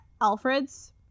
Alfreds